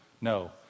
No